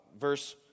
verse